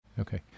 Okay